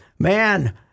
Man